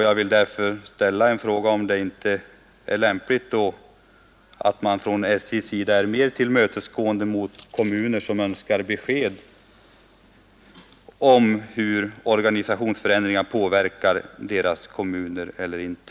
Jag vill därför ställa frågan: Är det inte då lämpligt att man från SJ:s sida är mer tillmötesgående mot kommuner som önskar besked, huruvida organisationsförändringar påverkar deras situation eller inte?